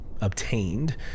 obtained